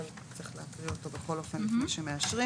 אבל צריך להקריא אותו בכל אופן לפני שמאשרים: